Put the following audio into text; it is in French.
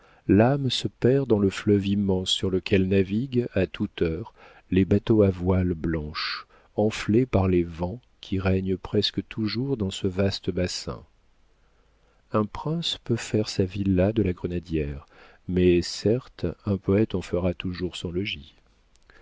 l'âme se perd dans le fleuve immense sur lequel naviguent à toute heure les bateaux à voiles blanches enflées par les vents qui règnent presque toujours dans ce vaste bassin un prince peut faire sa villa de la grenadière mais certes un poète en fera toujours son logis